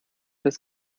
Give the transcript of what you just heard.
das